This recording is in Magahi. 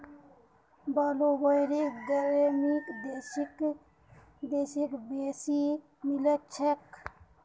ब्लूबेरी गर्मीर दिनत बेसी मिलछेक